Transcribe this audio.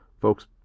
folks